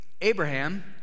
Abraham